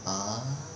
ah